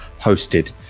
hosted